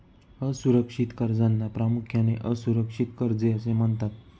असुरक्षित कर्जांना प्रामुख्याने असुरक्षित कर्जे असे म्हणतात